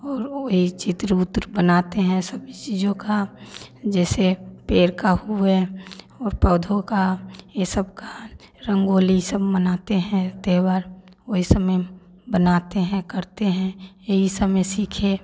और वही चित्र उत्र बनाते हैं सभी चीज़ों का जैसे पेड़ का हुए और पौधों का ये सब का रंगोली सब मानते हैं त्यौहार वही सब में बनाते हैं करते हैं यही सब में सीखे